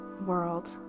world